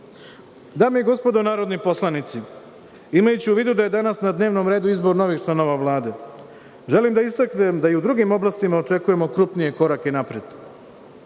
i gospodo narodni poslanici, imajući u vidu da je danas na dnevnom redu izbor novih članova Vlade, želim da istaknem da i u drugim oblastima očekujemo krupnije korake napred.